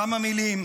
כמה מילים.